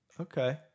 Okay